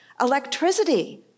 Electricity